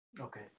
okay